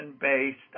based